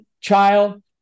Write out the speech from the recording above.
child